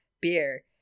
beer